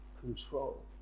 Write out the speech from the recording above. control